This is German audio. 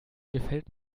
gefällt